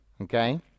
Okay